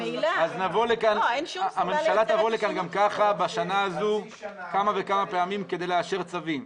אז הממשלה תבוא לכאן גם ככה בשנה הזאת כמה וכמה פעמים כדי לאשר צווים.